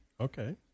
Okay